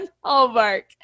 hallmark